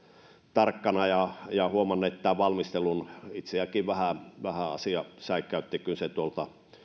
tarkkana ja ja huomanneet tämän valmistelun itseäkin vähän vähän asia säikäytti kyllä se tuolta